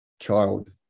child